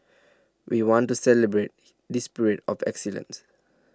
we want to celebrate this spirit of excellence